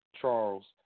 Charles